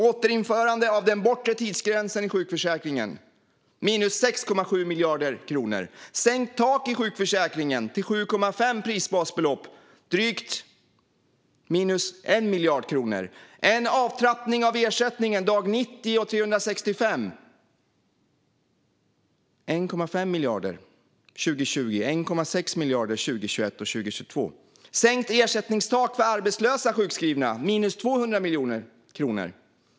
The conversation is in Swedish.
Återinförande av den bortre tidsgränsen i sjukförsäkringen innebär minus 6,7 miljarder kronor. Sänkt tak i sjukförsäkringen till 7,5 prisbasbelopp innebär drygt minus 1 miljard kronor. En avtrappning av ersättningen dag 90 av 365 innebär minus 1,5 miljarder år 2020 och 1,6 miljarder år 2021 och år 2022. Sänkt ersättningstak för arbetslösa sjukskrivna innebär minus 200 miljoner kronor.